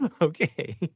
Okay